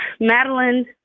Madeline